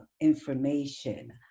information